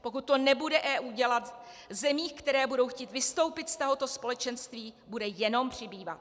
Pokud to EU nebude dělat, zemí, které budou chtít vystoupit z tohoto společenství, bude jenom přibývat.